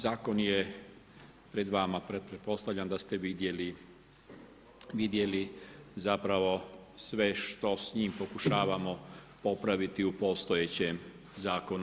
Zakon je pred vama, pretpostavljam da ste vidjeli zapravo sve što s njim pokušavamo popraviti u postojećem zakonu.